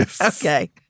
okay